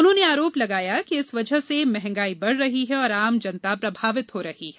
उन्होंने आरोप लगाया कि इस वजह से महंगायी बढ़ रही है और आम जनता प्रभावित हो रही है